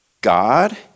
God